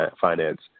Finance